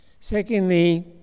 Secondly